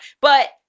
But-